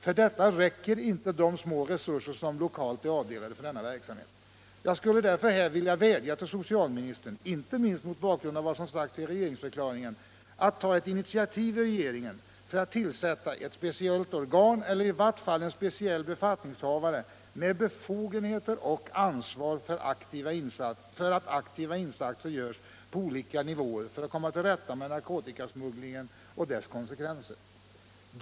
För detta räcker inte de små resurser som lokalt är avdelade för denna verksamhet. Jag skulle därför här vilja vädja till socialministern — inte minst mot bakgrund av vad som har sagts i regeringsförklaringen — att ta ett initiativ i regeringen för att tillsätta ett speciellt organ, eller i vart fall en speciell befattnings — Nr 31 havare, med befogenheter och ansvar för att aktiva insatser görs på olika Tisdagen den nivåer för att komma till rätta med narkotikasmugglingen och dess kon 23 november 1976 sekvenser.